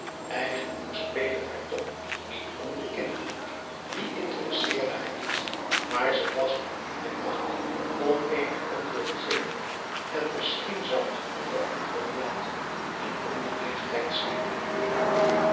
eigenlijk speet het haar toch niet om den inhoud die interesseerde haar niet maar ze was nu niet bij machte om eenig antwoord te geven en misschien zou het onbeantwoord laten een onbeleefdheid zijn